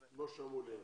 כן, לא שמעו לי אז.